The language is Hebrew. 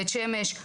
בית שמש,